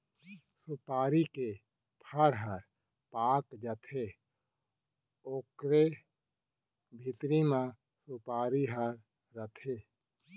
सुपारी के फर ह पाक जाथे ओकरे भीतरी म सुपारी ह रथे